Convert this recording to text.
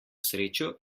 srečo